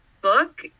book